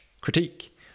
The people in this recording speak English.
critique